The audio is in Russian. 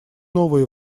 новые